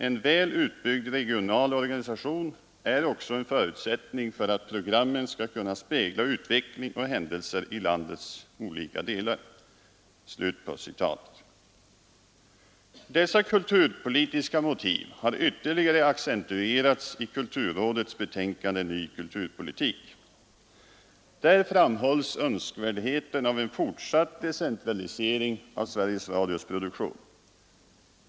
En väl utbyggd regional organisation är också en förutsättning för att programmen skall kunna spegla utveckling och händelser i landets olika delar.” Dessa kulturpolitiska motiv har ytterligare accentuerats i kulturrådets betänkande Ny kulturpolitik. Där framhålls önskvärdheten av en fortsatt decentralisering av Sveriges Radios produktion.